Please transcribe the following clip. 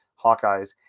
Hawkeyes